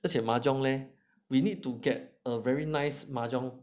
而且 mahjong leh we need to get a very nice mahjong